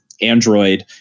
Android